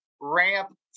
ramp